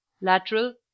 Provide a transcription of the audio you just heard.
lateral